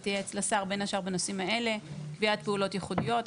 היא תייעץ לשר בין השאר בנושאים האלה: קביעת פעולות ייחודיות,